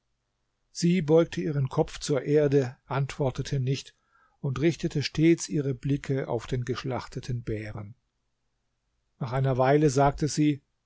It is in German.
sie beugte ihren kopf zur erde antwortete nicht und richtete stets ihre blicke auf den geschlachteten bären nach einer weile sagte sie